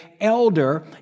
elder